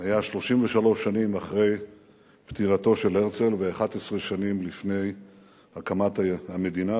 היה 33 שנים אחרי פטירתו של הרצל ו-11 שנים לפני הקמת המדינה,